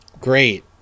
Great